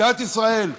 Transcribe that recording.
מדינת ישראל,